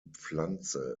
pflanze